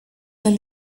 may